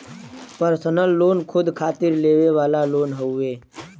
personal loan खुद खातिर लेवे वाला लोन हउवे